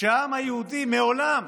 שהעם היהודי מעולם